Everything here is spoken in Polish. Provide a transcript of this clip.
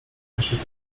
jeszcze